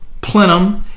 plenum